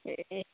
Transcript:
ए